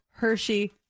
Hershey